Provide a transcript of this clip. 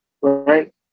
right